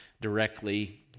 directly